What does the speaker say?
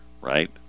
right